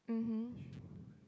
mmhmm